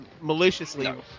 maliciously